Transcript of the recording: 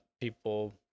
people